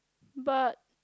but